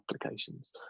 applications